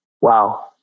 wow